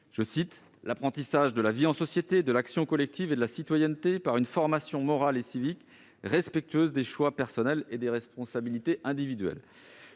savoir « l'apprentissage de la vie en société, de l'action collective et de la citoyenneté, par une formation morale et civique respectueuse des choix personnels et des responsabilités individuelles ».